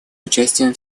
участием